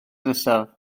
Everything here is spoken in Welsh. nesaf